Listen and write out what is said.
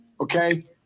Okay